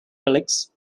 relics